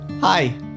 Hi